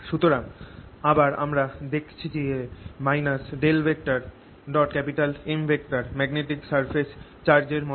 সুতরাং আবার আমরা দেখছি যে M ম্যাগনেটিক সারফেস চার্জ এর মতন হয়